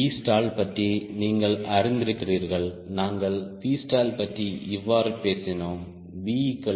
Vstall பற்றி நீங்கள் அறிந்திருக்கிறீர்கள் நாங்கள் Vstallபற்றி இவ்வாறு பேசினோம் V2WSCLmax